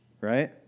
Right